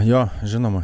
jo žinoma